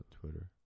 Twitter